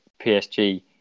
PSG